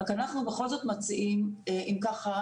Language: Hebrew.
רק אנחנו בכל זאת מציעים אם ככה,